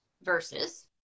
versus